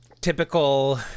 Typical